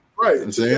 Right